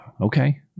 okay